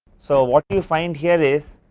so, what we find here is,